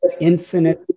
infinite